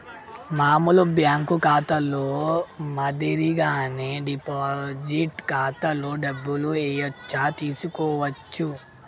మామూలు బ్యేంకు ఖాతాలో మాదిరిగానే డిపాజిట్ ఖాతాలో డబ్బులు ఏయచ్చు తీసుకోవచ్చు